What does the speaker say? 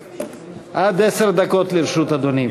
עד עשר דקות לרשות אדוני.